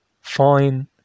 fine